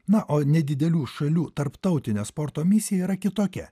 na o nedidelių šalių tarptautinio sporto misija yra kitokia